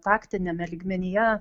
taktiniame lygmenyje